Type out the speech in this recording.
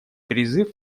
призыв